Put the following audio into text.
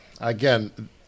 again